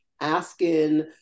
asking